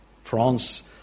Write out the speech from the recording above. France